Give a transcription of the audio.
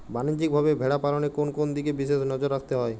বাণিজ্যিকভাবে ভেড়া পালনে কোন কোন দিকে বিশেষ নজর রাখতে হয়?